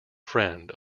friend